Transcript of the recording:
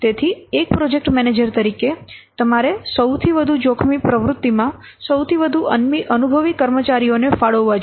તેથી એક project manager તરીકે તમારે સૌથી વધુ જોખમી પ્રવૃત્તિમાં સૌથી અનુભવી કર્મચારીઓને ફાળવવા જોઈએ